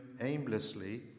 aimlessly